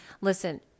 Listen